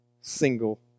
single